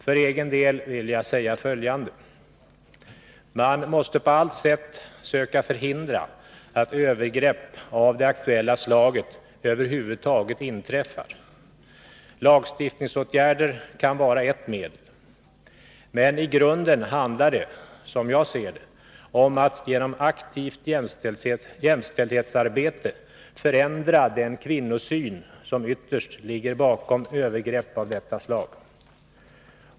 För egen del vill jag säga följande. Man måste på allt sätt söka förhindra att övergrepp av det aktuella slaget över huvud taget inträffar. Lagstiftningsåtgärder kan vara ett medel. Men i grunden handlar det, som jag ser det, om att genom aktivt jämställdhetsarbete förändra den kvinnosyn som ytterst ligger bakom övergrepp av detta slag.